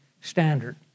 standard